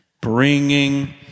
bringing